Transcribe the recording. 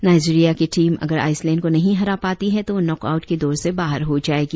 Nigeria की team अगर Iceland को नहीं हरा पाती है तो वह नॉकआउट की दौड़ से बाहर हो जाएगी